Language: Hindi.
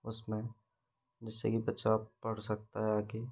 उसमें जिससे कि बच्चा पढ़ सकता है आगे